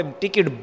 ticket